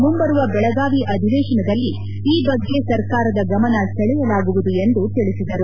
ಮುಂಬರುವ ಬೆಳಗಾವಿ ಅಧಿವೇಶನದಲ್ಲಿ ಈ ಬಗ್ಗೆ ಸರ್ಕಾರದ ಗಮನ ಸೆಳೆಯಲಾಗುವುದು ಎಂದು ತಿಳಿಸಿದರು